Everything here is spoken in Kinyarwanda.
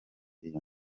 iyo